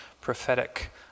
prophetic